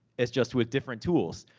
it's just with different tools.